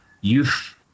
youth